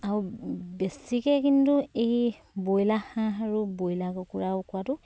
আৰু বেছিকে কিন্তু এই ব্ৰইলাৰ হাঁহ আৰু ব্ৰইলাৰ কুকুৰা কুকুৰাটো